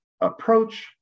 approach